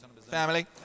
family